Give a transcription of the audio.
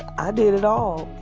i did it all.